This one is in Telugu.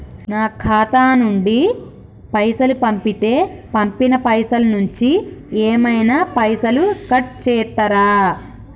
నా ఖాతా నుండి పైసలు పంపుతే పంపిన పైసల నుంచి ఏమైనా పైసలు కట్ చేత్తరా?